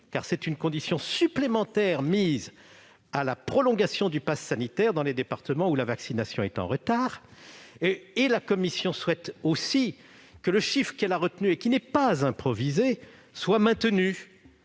car c'est une condition supplémentaire posée à la prolongation du passe sanitaire dans les départements où la vaccination est en retard. Elle souhaite également que le chiffre qu'elle a retenu, qui n'est pas improvisé, soit maintenu.